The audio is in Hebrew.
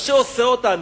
מה שעושה אותנו,